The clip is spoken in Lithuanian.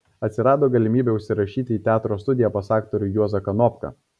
atsirado galimybė užsirašyti į teatro studiją pas aktorių juozą kanopką